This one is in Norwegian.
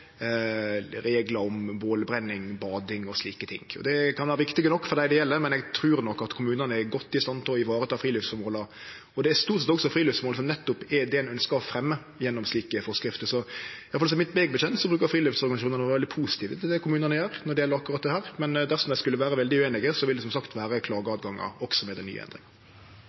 reglar om bålbrenning, bading og slike ting. Det kan vere viktig nok for dei det gjeld, men eg trur nok kommunane er godt i stand til å ta vare på friluftsføremåla. Det er stort sett også friluftsføremål som er det ein nettopp ønskjer å fremje gjennom slike forskrifter. Etter det eg veit, brukar friluftslivorganisasjonane å vere veldig positive til det kommunane gjer når det gjeld akkurat dette. Men dersom dei skulle vere veldig ueinige, vil det som sagt vere mogleg å klage også med dei nye